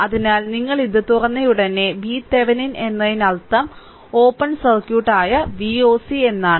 അതിനാൽ നിങ്ങൾ ഇത് തുറന്നയുടനെ VThevenin എന്നതിനർത്ഥം ഓപ്പൺ സർക്യൂട്ട് ആയ Voc എന്നാണ്